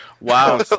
Wow